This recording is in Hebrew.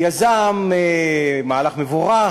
יזם מהלך מבורך,